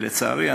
לצערי,